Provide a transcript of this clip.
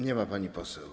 Nie ma pani poseł.